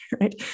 right